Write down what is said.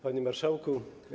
Panie Marszałku!